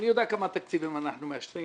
אני יודע כמה תקציבים אנחנו מאשרים